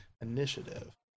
initiative